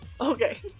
Okay